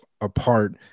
apart